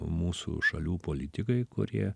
mūsų šalių politikai kurie